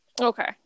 okay